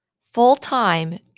Full-time